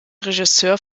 regisseur